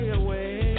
away